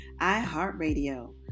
iHeartRadio